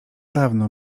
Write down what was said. dawno